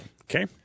Okay